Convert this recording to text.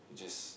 just